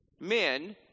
men